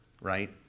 right